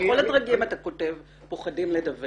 אתה כותב שכל הדרגים פוחדים לדווח.